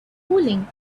cooling